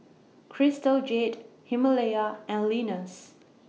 Crystal Jade Himalaya and Lenas